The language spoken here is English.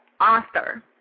author